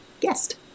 guest